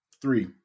Three